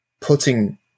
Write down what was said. putting